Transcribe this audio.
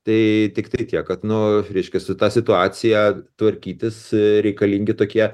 tai tiktai tiek kad nu va reiškiasi ta situacija tvarkytis reikalingi tokie